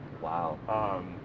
Wow